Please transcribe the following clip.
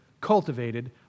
cultivated